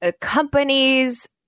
companies